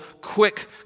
quick